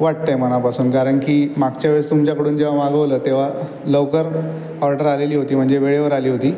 वाटतं आहे मनापासून कारण की मागच्या वेळेस तुमच्याकडून जेव्हा मागवलं तेव्हा लवकर ऑर्डर आलेली होती म्हणजे वेळेवर आली होती